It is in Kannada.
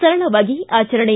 ಸರಳವಾಗಿ ಆಚರಣೆ